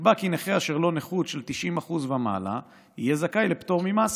נקבע כי נכה אשר לו נכות של 90% ומעלה יהיה זכאי לפטור ממס,